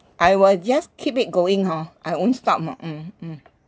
I will just keep it going hor I won't stop mm mm